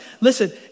listen